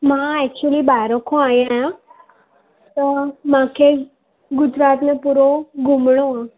मां एक्चुली बाहिरों खां आई आहियां त मूंखे गुजरात में पूरो घुमणु हो